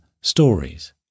stories